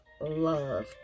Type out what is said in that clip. love